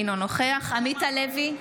אינו נוכח עמית הלוי,